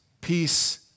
peace